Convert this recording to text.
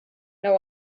know